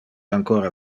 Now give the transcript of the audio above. ancora